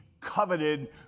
coveted